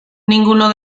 ninguno